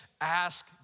ask